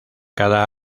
cada